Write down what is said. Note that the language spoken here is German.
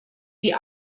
die